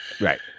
right